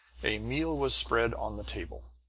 a meal was spread on the table.